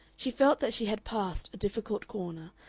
she felt that she had passed a difficult corner,